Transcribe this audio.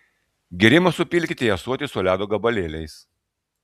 gėrimą supilkite į ąsotį su ledo gabalėliais